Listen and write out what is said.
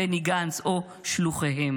בני גנץ או שלוחיהם".